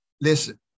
listen